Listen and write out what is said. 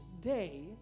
day